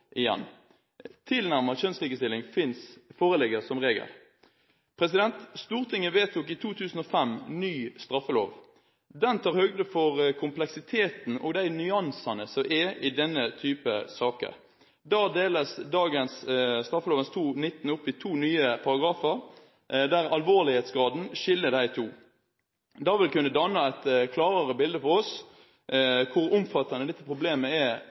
kjønnslikestilling foreligger som regel. Stortinget vedtok i 2005 ny straffelov. Den tar høyde for den kompleksiteten og de nyansene som er i denne type saker. Der deles dagens straffeloven § 219 opp i to nye paragrafer, der alvorlighetsgraden skiller de to. Det vil kunne danne et klarere bilde for oss av hvor omfattende dette problemet er